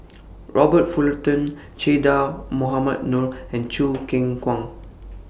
Robert Fullerton Che Dah Mohamed Noor and Choo Keng Kwang